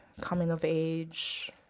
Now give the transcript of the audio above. coming-of-age